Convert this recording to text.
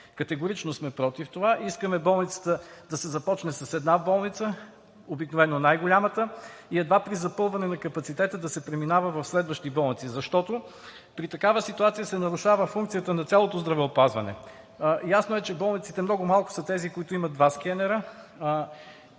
Категорично сме против това. Искаме да се започне с една болница – обикновено най-голямата, и едва при запълване на капацитета да се преминава в следващи болници, защото при такава ситуация се нарушава функцията на цялото здравеопазване. Ясно е, че в болниците – много малко са тези, които имат два скенера.